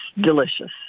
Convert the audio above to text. delicious